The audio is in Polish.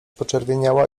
poczerwieniała